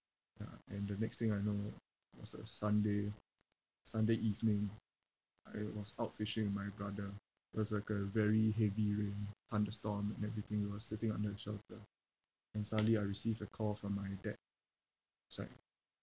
ya and the next thing I know it was a sunday sunday evening I was out fishing with my brother it was like a very heavy rain thunderstorm and everything we were sitting under a shelter and suddenly I received a call from my dad he's like